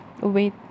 Wait